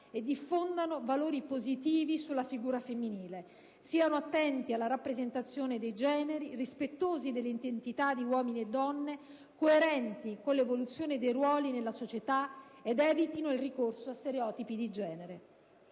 che diffondano valori positivi sulla figura femminile; che siano attenti alla rappresentazione dei generi e rispettosi delle identità di uomini e donne, coerenti con l'evoluzione dei ruoli nella società e che evitino il ricorso a stereotipi di genere.